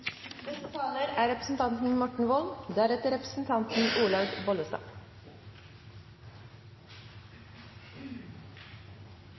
Neste taler er representanten